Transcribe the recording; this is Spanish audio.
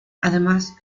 además